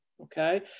Okay